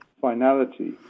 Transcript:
finality